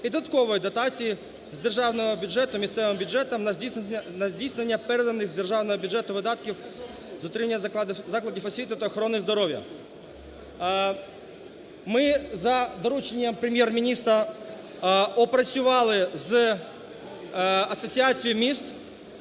і додаткової дотації з державного бюджету місцевим бюджетам на здійснення переданих з державного бюджету видатків з утримання закладів освіти та охорони здоров'я. Ми за дорученням Прем'єр-міністра опрацювали з Асоціацією міст